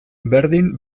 berdin